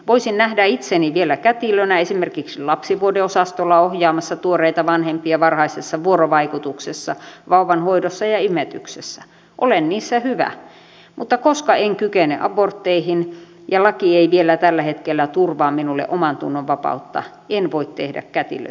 voisin nähdä itseni vielä kätilönä esimerkiksi lapsivuodeosastolla ohjaamassa tuoreita vanhempia varhaisessa vuorovaikutuksessa vauvanhoidossa ja imetyksessä olen niissä hyvä mutta koska en kykene abortteihin ja laki ei vielä tällä hetkellä turvaa minulle omantunnonvapautta en voi tehdä kätilön työtä